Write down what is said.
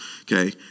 okay